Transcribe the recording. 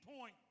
point